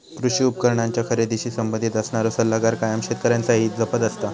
कृषी उपकरणांच्या खरेदीशी संबंधित असणारो सल्लागार कायम शेतकऱ्यांचा हित जपत असता